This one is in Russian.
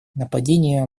нападения